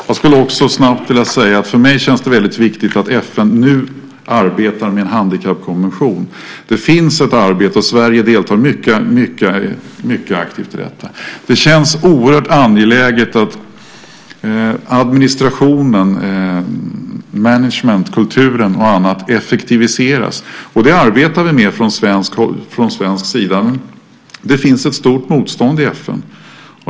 Jag skulle också snabbt vilja säga att för mig känns det väldigt viktigt att FN nu arbetar med en handikappkonvention. Det finns ett arbete, och Sverige deltar mycket aktivt i det. Det känns oerhört angeläget att administration, management, kultur och annat effektiviseras. Det arbetar vi med från svensk sida. Det finns ett stort motstånd i FN.